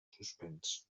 suspens